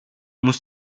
muss